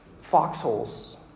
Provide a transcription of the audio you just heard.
foxholes